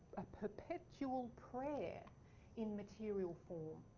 a perpetual prayer in material form.